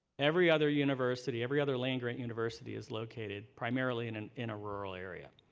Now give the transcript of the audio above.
every other university, every other land-grant university is located primarily and and in a rural area.